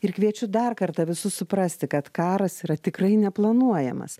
ir kviečiu dar kartą visus suprasti kad karas yra tikrai neplanuojamas